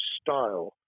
style